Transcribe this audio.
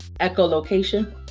echolocation